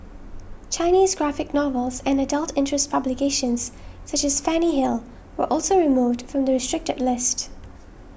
Chinese graphic novels and adult interest publications such as Fanny Hill were also removed from the restricted list